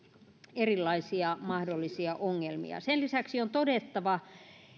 erilaisia mahdollisia ongelmia sen lisäksi on todettava